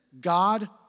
God